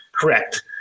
Correct